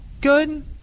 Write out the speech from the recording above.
good